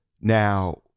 Now